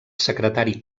secretari